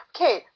Okay